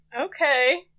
Okay